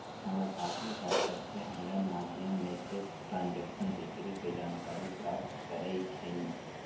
हमर बाबू हरसठ्ठो ऑनलाइन माध्यमें से ट्रांजैक्शन हिस्ट्री के जानकारी प्राप्त करइ छिन्ह